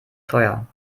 teuer